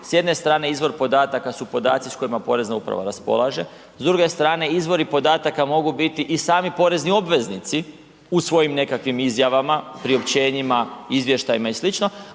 s jedne strane, izvor podataka su podaci s kojima porezna uprava raspolaže, s druge strane izvori podataka mogu biti i sami porezni obveznici u svojim nekakvih izjavama, priopćenjima, izvještajima i